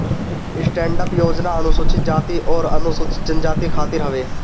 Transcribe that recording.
stand up योजना अनुसूचित जाती अउरी अनुसूचित जनजाति खातिर हवे